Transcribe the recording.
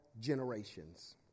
generations